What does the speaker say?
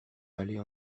aller